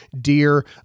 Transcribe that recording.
Dear